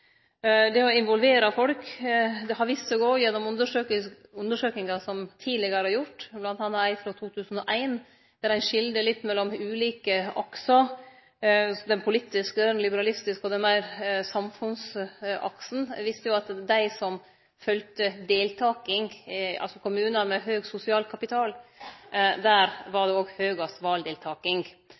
å involvere folk. Det har òg vist seg gjennom undersøkingar som tidlegare har vore gjorde, m.a. ei frå 2001, der ein skilde mellom ulike aksar – den politiske, den liberalistiske og ein samfunnsakse. Undersøkinga viste at dei som følte deltaking, som i kommunar med høg sosial kapital, hadde òg høgast valdeltaking – i motsetning til i dei kommunane der det